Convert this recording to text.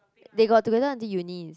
they got together until uni is it